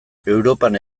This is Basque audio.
europan